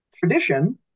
Tradition